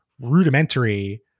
rudimentary